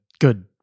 good